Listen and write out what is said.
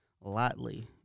lightly